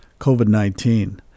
COVID-19